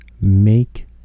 Make